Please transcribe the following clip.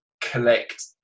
collect